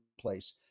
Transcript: place